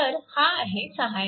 तर हा आहे 6A